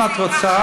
אם את רוצה,